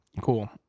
Cool